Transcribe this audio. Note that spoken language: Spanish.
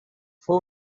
fue